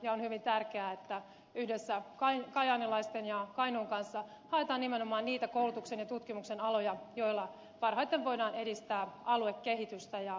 ja on hyvin tärkeää että yhdessä kajaanilaisten ja kainuun kanssa haetaan nimenomaan niitä koulutuksen ja tutkimuksen aloja joilla parhaiten voidaan edistää aluekehitystä ja alueen vahvistumista